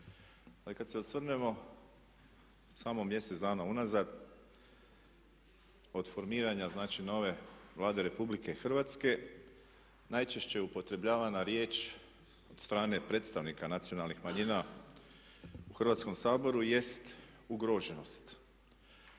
ali kad se osvrnemo samo mjesec dana unazad od formiranja znači nove Vlade RH najčešće upotrebljavana riječ od strane predstavnika nacionalnih manjina u Hrvatskom saboru jest ugroženost.